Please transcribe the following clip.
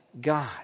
God